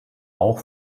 auch